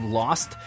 lost